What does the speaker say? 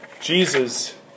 Jesus